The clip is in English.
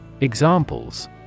Examples